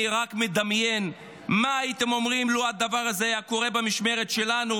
אני רק מדמיין מה הייתם אומרים לו הדבר הזה היה קורה במשמרת שלנו,